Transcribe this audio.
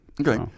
Okay